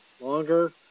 longer